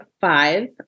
five